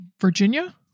Virginia